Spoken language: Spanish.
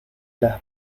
las